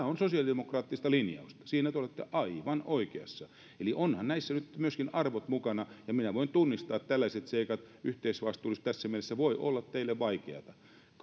on sosiaalidemokraattista linjausta siinä te olette aivan oikeassa eli onhan näissä nyt myöskin arvot mukana ja minä voin tunnistaa tällaiset seikat yhteisvastuullisuus tässä mielessä voi olla teille vaikeata kun